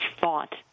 thought